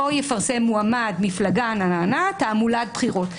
לא יפרסם מועמד/ מפלגה תעמולת בחירות.